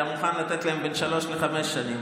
היה מוכן לתת להם בין שלוש לחמש שנים,